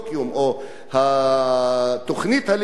תוכנית הלימודים בהם קצת שונה מפה,